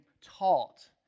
taught